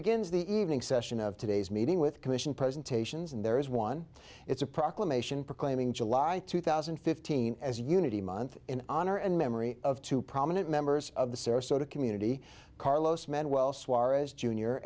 begins the evening session of today's meeting with commission presentations and there is one it's a proclamation proclaiming july two thousand and fifteen as unity month in honor and memory of two prominent members of the sarasota community carlos